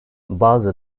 bazı